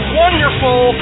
wonderful